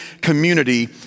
community